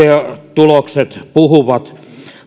tulokset puhuvat